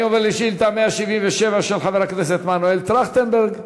אני עובר לשאילתה 177 של חבר הכנסת מנואל טרכטנברג.